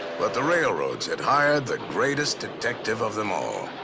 but the railroads had hired the greatest detective of them all,